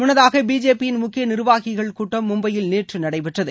முன்னதாக பிஜேபியின் முக்கிய நிர்வாகிகள் கூட்டம் மும்பையில் நேற்று நடைபெற்றது